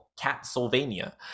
Cat-Sylvania